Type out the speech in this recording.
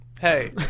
hey